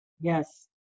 Yes